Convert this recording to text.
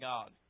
God